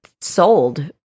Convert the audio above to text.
sold